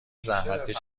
زحمتکش